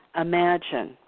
Imagine